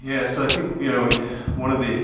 yes. i think one of the